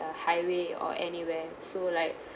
uh highway or anywhere so like